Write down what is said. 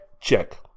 check